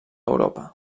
europa